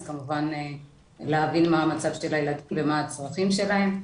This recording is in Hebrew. אז כמובן להבין מה המצב של הילדים ומה הצרכים שלהם,